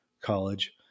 college